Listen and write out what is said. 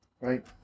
Right